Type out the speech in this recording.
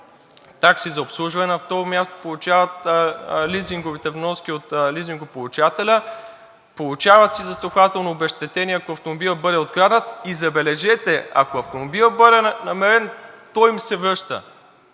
такси за обслужване, на второ място получават лизинговите вноски от лизингополучателя, получават си застрахователно обезщетение, ако автомобилът бъде откраднат, и забележете, ако автомобилът бъде намерен, той им се връща.“